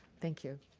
thank you.